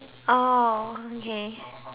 oh okay